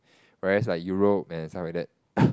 whereas like Europe and stuff like that